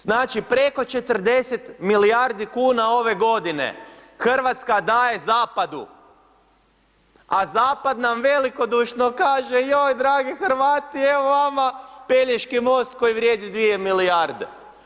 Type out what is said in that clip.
Znači preko 40 milijardi kuna ove godine Hrvatska daje zapadu, a zapad nam velikodušno kaže, joj dragi Hrvati evo vama Pelješki most koji vrijedi 2 milijarde.